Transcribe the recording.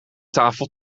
tafel